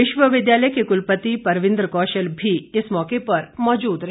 विश्वविद्यालय के कुलपति परविन्द्र कौशल भी इस मौके पर मौजूद रहे